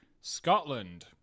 Scotland